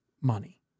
money